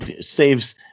saves